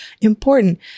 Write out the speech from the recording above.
important